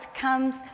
comes